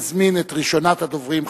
אני מזמין את ראשונת הדוברים,